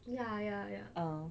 ya ya ya